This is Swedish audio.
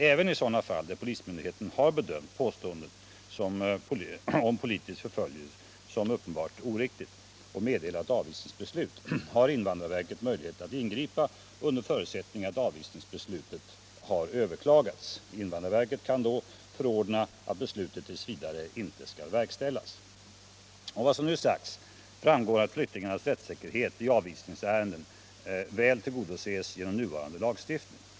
Även i sådana fall där polismyndigheten har bedömt påstående om politisk förföljelse som uppenbart oriktigt och meddelat avvisningsbeslut har invandrarverket möjlighet att ingripa under förutsättning att avvisningsbeslutet har överklagats. Invandrarverket kan då förordna att beslutet t. v. inte skall verkställas. Av vad som nu sagts framgår att flyktingarnas rättssäkerhet i avvisningsärenden väl tillgodoses genom nuvarande lagstiftning.